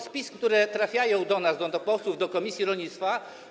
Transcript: Bo z pism, które trafiają do nas, do posłów, do komisji rolnictwa.